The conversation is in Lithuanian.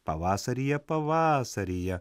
pavasaryje pavasaryje